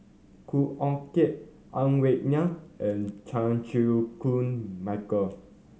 Khoo Oon Teik Ang Wei Neng and Chan Chew Koon Michael